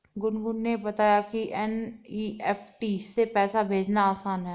गुनगुन ने बताया कि एन.ई.एफ़.टी से पैसा भेजना आसान है